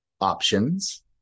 options